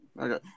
Okay